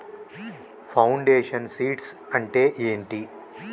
Foundation seeds అంటే ఏంటి?